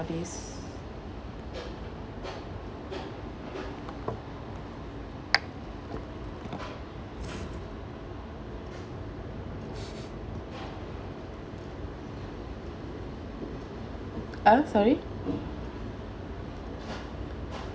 this ah sorry